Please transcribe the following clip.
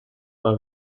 war